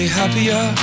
happier